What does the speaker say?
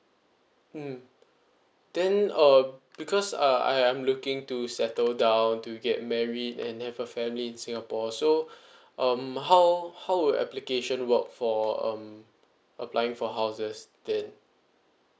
mm then uh because uh I am looking to settle down to get married and have a family in singapore so um how how would application work for um applying for houses there